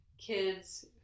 kids